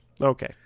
Okay